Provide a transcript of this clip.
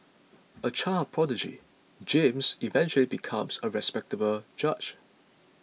a child prodigy James eventually becomes a respectable judge